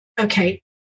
Okay